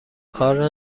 کار